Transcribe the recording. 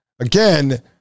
Again